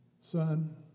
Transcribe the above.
Son